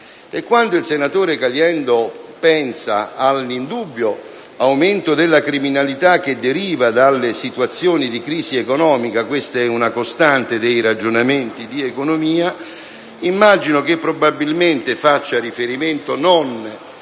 e quando il senatore Caliendo pensa all'indubbio aumento della criminalità che deriva dalle situazioni di crisi economica - questa è una costante dei ragionamenti di economia - immagino che probabilmente faccia riferimento non